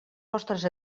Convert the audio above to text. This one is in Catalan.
vostres